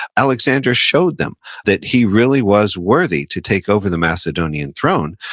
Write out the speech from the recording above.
alexander showed them that he really was worthy to take over the macedonian throne,